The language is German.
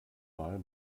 mal